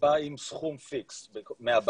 בא עם סכום פיקס מהבית,